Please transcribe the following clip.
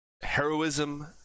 heroism